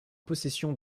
possession